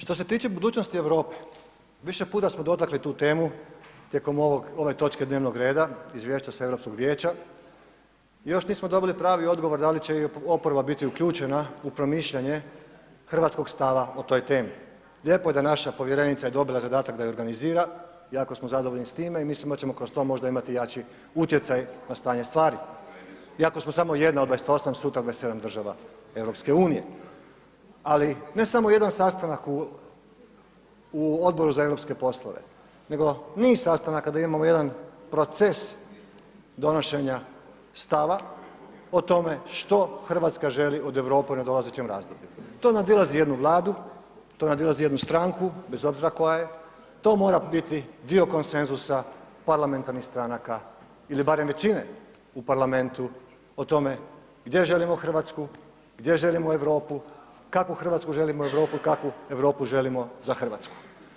Što se tiče budućnosti Europe, više puta smo dotakli tu temu tijekom ovog, ove točke dnevnog reda, izvješća sa Europskog Vijeća, još nismo dobili pravi odgovor da li će i oporba biti uključena u promišljanje hrvatskog stava o toj temi, lijepo je da naša povjerenica je dobila zadatak da je organizira, jako smo zadovoljni s time i mislim imat ćemo kroz to možda imati jači utjecaj na stanje stvari iako smo samo jedna od 28, sutra 27 država EU, ali ne samo jedan sastanak u Odboru za europske poslove nego niz sastanaka da idemo u jedan proces donošenja stava o tome što RH želi od Europe u nadolazećem razdoblju, to nadilazi jednu Vladu, to nadilazi jednu stranku bez obzira koja je, to mora biti dio koncensusa parlamentarnih stranaka ili barem većine u parlamentu o tome gdje želimo RH, gdje želimo Europu, kakvu RH želimo u Europi, kakvu Europu želimo za RH.